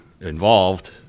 involved